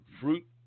fruit